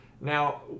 Now